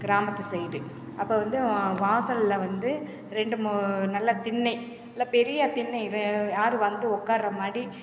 கிராமத்து சைடு அப்போ வந்து வாசல்ல வந்து ரெண்டு நல்ல திண்ணை இல்லை பெரிய திண்ணை யாரும் வந்து உட்கார்ற மாதிரி